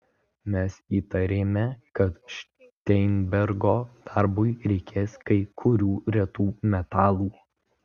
mes įtarėme kad šteinbergo darbui reikės kai kurių retų metalų